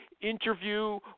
interview